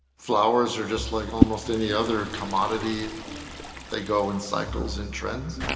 flowers are just like almost any other commodity they go in cycles, in trends.